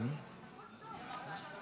אדוני היושב-ראש,